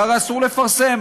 יהיה הרי אסור לפרסם,